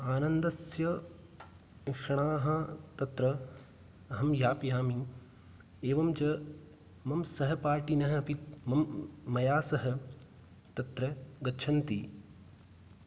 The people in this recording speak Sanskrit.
आनन्दस्य क्षणाः तत्र अहं यापयामि एवञ्च मम सहपाठिनः अपि मम मया सह तत्र गच्छन्ति